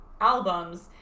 albums